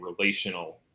relational